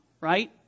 right